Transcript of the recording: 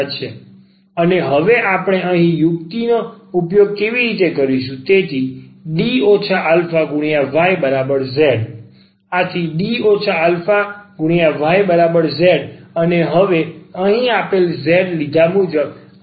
અને હવે આપણે અહીં યુક્તિનો ઉપયોગ કેવી રીતે કરીશું તેથી D αyz D αyz અને હવે અહીં આપેલ z લીધા મુજબ અહીં આપેલ ઈક્વેશન છે